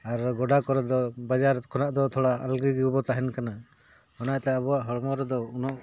ᱟᱨ ᱜᱚᱰᱟ ᱠᱚᱨᱮ ᱫᱚ ᱵᱟᱡᱟᱨ ᱠᱷᱚᱱᱟᱜ ᱫᱚ ᱛᱷᱚᱲᱟ ᱟᱞᱜᱟ ᱜᱮᱵᱚᱱ ᱛᱟᱦᱮᱱ ᱠᱟᱱᱟ ᱚᱱᱟᱛᱮ ᱟᱵᱚᱣᱟᱜ ᱦᱚᱲᱢᱚ ᱨᱮᱫᱚ ᱩᱱᱟᱹᱜ